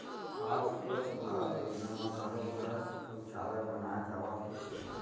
आज स्वच्छ भारत योजना म घरो घर सउचालय बनाए जावत हे